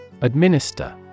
Administer